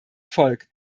volk